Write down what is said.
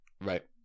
Right